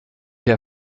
der